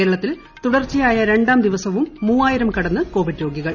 കേരളത്തിൽ തുടർച്ചയായ രണ്ടാം ദിവസവും മൂവായിരം കടന്ന് കോവിഡ് രോഗികൾ